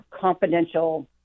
confidential